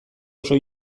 oso